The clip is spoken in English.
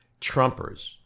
Trumpers